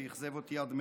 ואכזב אותי עד מאוד,